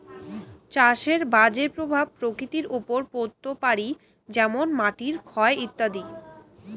চাষের বাজে প্রভাব প্রকৃতির ওপর পড়ত পারি যেমন মাটির ক্ষয় ইত্যাদি